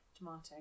tomato